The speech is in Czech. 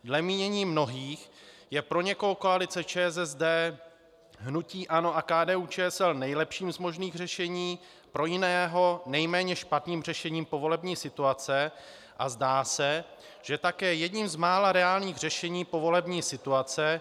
Dle mínění mnohých je pro někoho koalice ČSSD, hnutí ANO a KDUČSL nejlepším z možných řešení, pro jiného nejméně špatným řešením povolební situace a zdá se, že také jedním z mála reálných řešení povolební situace.